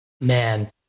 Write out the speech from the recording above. Man